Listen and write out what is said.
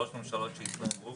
שלוש ממשלות שהתפזרו.